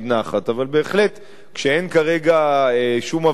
אבל בהחלט כשאין כרגע שום הבטחה,